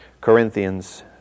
Corinthians